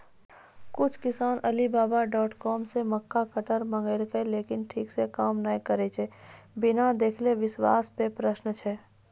कुछ किसान Alibaba dot com से मक्का कटर मंगेलके लेकिन ठीक से काम नेय करलके, बिना देखले विश्वास पे प्रश्न छै?